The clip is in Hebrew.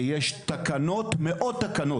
יש מאות תקנות.